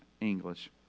English